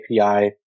API